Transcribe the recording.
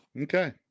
Okay